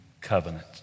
covenant